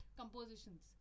compositions